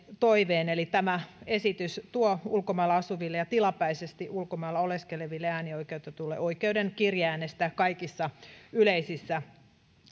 toiveen eli tämä esitys tuo ulkomailla asuville ja tilapäisesti ulkomailla oleskeleville äänioikeutetuille oikeuden kirjeäänestää kaikissa yleisissä